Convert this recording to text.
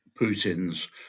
Putin's